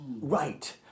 Right